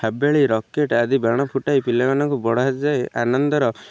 Haveli rocket ଆଦି ବାଣ ଫୁଟାଇ ପିଲାମାନଙ୍କୁ ବଢ଼ାଯାଏ ଆନନ୍ଦର